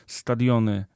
stadiony